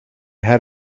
had